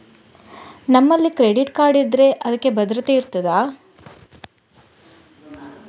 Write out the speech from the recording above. ನಮ್ಮಲ್ಲಿ credit card ಇದ್ದರೆ ಅದಕ್ಕೆ ಭದ್ರತೆ ಇರುತ್ತದಾ?